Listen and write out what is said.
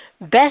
Best